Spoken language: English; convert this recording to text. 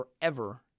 forever